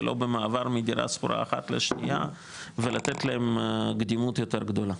ולא במעבר מדירה שכורה אחת לשנייה ולתת להם קדימות יותר גדולה.